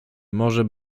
może